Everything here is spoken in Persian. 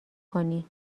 کنی